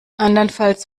andernfalls